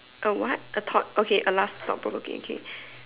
a what a thought okay a last thought provoking okay